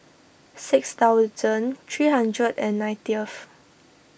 six thousand three hundred and nineteenth